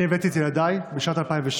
אני לא רוצה לתאר איך שכבה שם,